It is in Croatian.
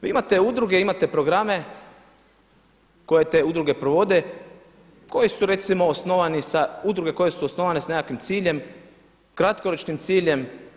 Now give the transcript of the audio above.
Vi imate udruge, imate programe koje te udruge provode koje su recimo osnovani sa udruge koje su osnovane sa nekakvim ciljem, kratkoročnim ciljem.